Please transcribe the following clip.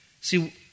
See